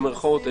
במירכאות,